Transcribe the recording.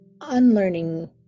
unlearning